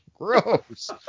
Gross